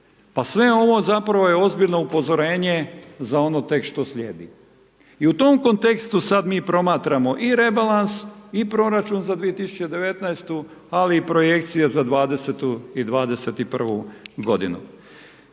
pa sve ovo je zapravo ozbiljno upozorenje za ono tek što slijedi. I u tom kontekstu sad mi promatramo i rebalans i proračun za 2019. ali i projekcije za 2020. i 2021. g.